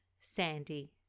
Sandy